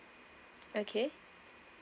okay